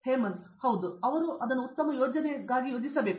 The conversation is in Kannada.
ಹೇಮಂತ್ ಹೌದು ಅವರು ಅದನ್ನು ಉತ್ತಮ ಯೋಜನೆಗಾಗಿ ಯೋಜಿಸಬೇಕು